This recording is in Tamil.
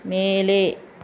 மேலே